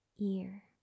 ear